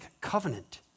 covenant